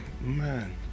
man